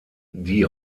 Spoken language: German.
die